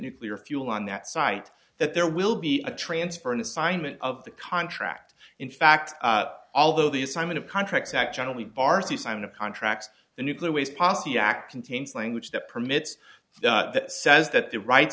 nuclear fuel on that site that there will be a transfer an assignment of the contract in fact although the assignment of contracts that generally bars you signed a contract the nuclear waste posse act contains language that permits that says that the ri